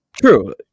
True